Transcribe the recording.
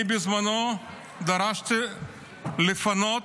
אני בזמנו דרשתי לפנות